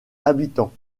habitants